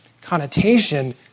connotation